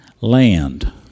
land